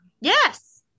yes